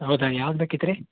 ಹೌದ ಯಾವ್ದು ಬೇಕಿತ್ತು ರೀ